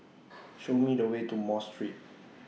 Show Me The Way to Mosque Street